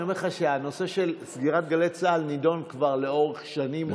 אבל אני אומר לך שהנושא של סגירת גלי צה"ל נדון כבר לאורך שנים רבות,